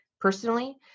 personally